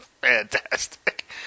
Fantastic